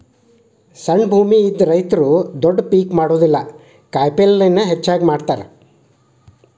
ಸಣ್ಣ ಭೂಮಿ ಇದ್ದ ರೈತರು ದೊಡ್ಡ ಪೇಕ್ ಮಾಡುದಿಲ್ಲಾ ಕಾಯಪಲ್ಲೇನ ಹೆಚ್ಚಾಗಿ ಮಾಡತಾರ